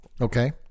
Okay